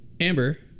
Amber